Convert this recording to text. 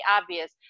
obvious